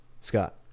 Scott